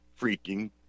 freaking